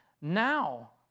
now